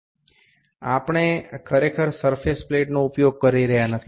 আমরা প্রকৃতপক্ষে পৃষ্ঠ প্লেটটি ব্যবহার করছি না